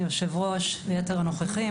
היושב-ראש ויתר הנוכחים.